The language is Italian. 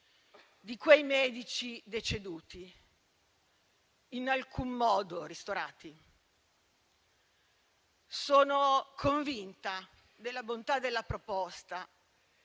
di quei medici deceduti, in alcun modo ristorati. Sono convinta della bontà della proposta,